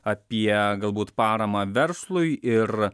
apie galbūt paramą verslui ir